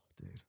dude